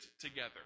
together